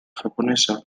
japonesa